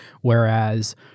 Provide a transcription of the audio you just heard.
whereas